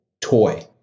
toy